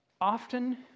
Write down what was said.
often